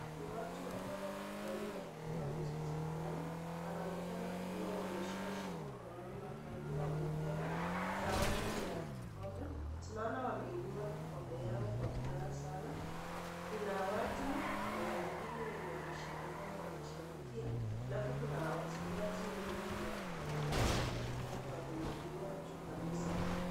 Ni watu ambao wamefurahia matukio ya michezo fulani, wanaonekana kuwa wameshashinda tayari na kwa hivyo wamepewa zawadi ya kikombe, tunaona wameinua kikombe yao kwa furaha sana. Kuna watu wengine wenye wanasherehekea ama wanashabikia halafu kuna wachezaji wenyewe wenye wako huko wameshika kikombe wameinua juu kabisa.